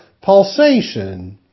pulsation